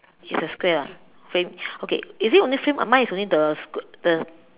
it's a square lah same okay is it only same uh mine is only the the